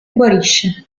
guarisce